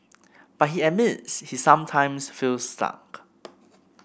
but he admits he sometimes feels stuck